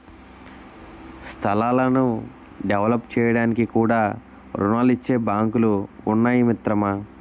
స్థలాలను డెవలప్ చేయడానికి కూడా రుణాలిచ్చే బాంకులు ఉన్నాయి మిత్రమా